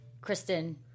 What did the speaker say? Kristen